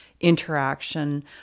interaction